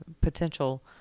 potential